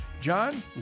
John